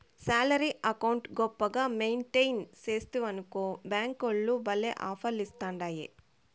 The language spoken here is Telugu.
శాలరీ అకౌంటు గొప్పగా మెయింటెయిన్ సేస్తివనుకో బ్యేంకోల్లు భల్లే ఆపర్లిస్తాండాయి